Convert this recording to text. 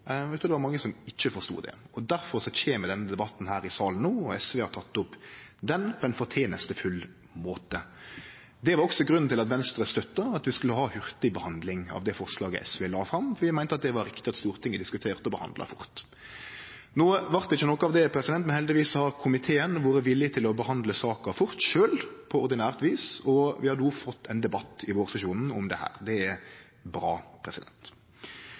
forstå. Eg trur det var mange som ikkje forstod det. Difor kjem denne debatten i salen no, og SV har teke opp dette på ein rosverdig måte. Det var også grunnen til at Venstre støtta at vi skulle ha hurtigbehandling av det forslaget SV la fram, fordi vi meinte at det var riktig at Stortinget diskuterte og behandla det fort. No vart det ikkje noko av det, men heldigvis har komiteen vore villig til sjølv å behandle saka fort, på ordinært vis, og vi har slik fått ein debatt i vårsesjonen om dette. Det er bra.